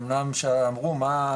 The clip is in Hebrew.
אמנם שאמרו מה,